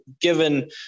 given